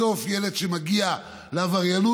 בסוף ילד שמגיע לעבריינות,